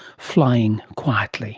flying quietly